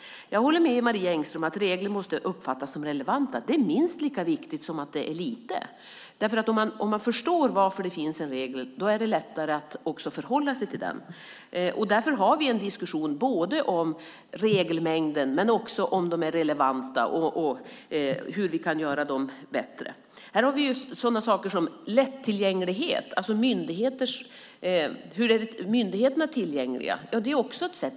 Jag håller med Marie Engström om att regler måste uppfattas som relevanta. Det är minst lika viktigt som att det är lite. Om man förstår varför det finns en regel är det lättare att förhålla sig till den. Därför har vi en diskussion både om regelmängden och om reglerna är relevanta och hur vi kan göra dem bättre. Här har vi sådana saker som lättillgänglighet. Hur är myndigheterna tillgängliga? Det är också ett sätt.